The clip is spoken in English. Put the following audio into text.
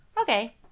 Okay